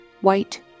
white